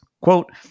Quote